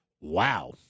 Wow